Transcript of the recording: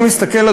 אני מסתכל,